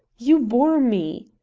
you bore me!